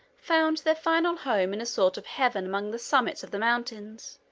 found their final home in a sort of heaven among the summits of the mountains,